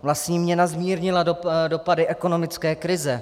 Vlastní měna zmírnila dopady ekonomické krize.